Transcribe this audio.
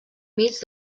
mig